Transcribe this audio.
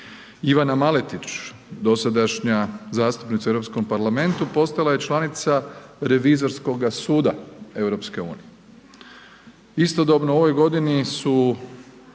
Ivana Maletić, dosadašnja zastupnica u EUorpskom parlamentu postala je članica revizorskoga suda EU. Istodobno u ovoj godini su